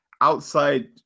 outside